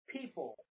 people